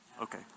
Okay